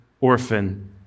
orphan